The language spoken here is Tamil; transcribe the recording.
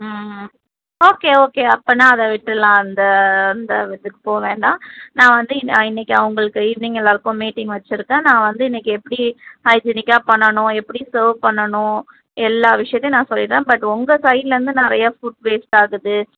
ம் ம் ஓகே ஓகே அப்போன்னா அதை விட்டுருலாம் அந்த அந்த இதுக்கு போக வேண்டாம் நான் வந்து இன் இன்றைக்கி அவங்களுக்கு ஈவ்னிங் எல்லாேருக்கும் மீட்டிங் வச்சுருக்கேன் நான் வந்து இன்றைக்கி எப்படி ஹைஜினிக்காக பண்ணணும் எப்படி சர்வ் பண்ணணும் எல்லா விஷயத்தையும் நான் சொல்லிடுறேன் பட் உங்கள் சைட்டிலேருந்து நிறையா ஃபுட் வேஸ்ட் ஆகுது